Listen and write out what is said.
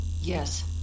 yes